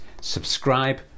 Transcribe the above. subscribe